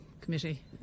committee